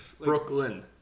Brooklyn